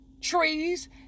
trees